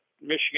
Michigan